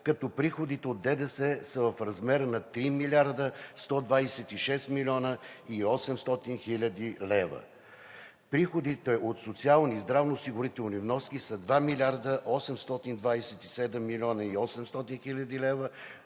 като приходите от ДДС са в размер на 3 млрд. 126 млн. 800 хил. лв. Приходите от социални и здравноосигурителни вноски са 2 млрд. 827 млн. 800 хил. лв.,